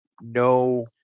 no